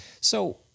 So-